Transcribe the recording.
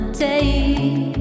take